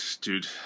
dude